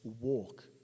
walk